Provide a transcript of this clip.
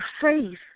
faith